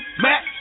Mac